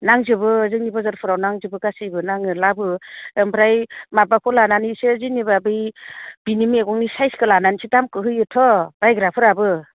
नांजोबो जोंनि बाजारफोराव नांजोबो गासैबो नाङो लाबो ओमफ्राय माबाखौ लानानैसो जेनेबा बै बिनि मैगंनि साइजखौ लानानैसो दामखौ होयोथ' बायग्राफोराबो